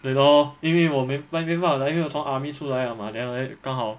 对 lor 因为我没因为没办法来因为我从 army 出来 liao mah then 我 then 就刚好